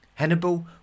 Hannibal